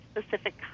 specific